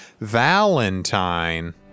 Valentine